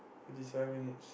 fifty seven minutes